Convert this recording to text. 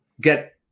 get